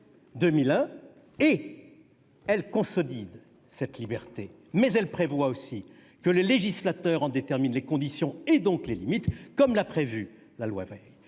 2001 et elle consolide cette liberté. Mais elle prévoit aussi que le législateur en détermine les conditions, donc les limites, comme l'a prévu la loi Veil.